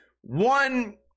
One